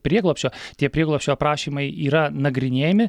prieglobsčio tie prieglobsčio prašymai yra nagrinėjami